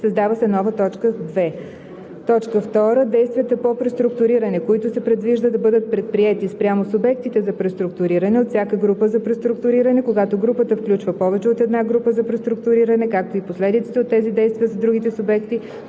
създава се нова т. 2: „2. действията по преструктуриране, които се предвижда да бъдат предприети спрямо субектите за преструктуриране от всяка група за преструктуриране, когато групата включва повече от една група за преструктуриране, както и последиците от тези действия за другите субекти,